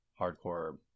hardcore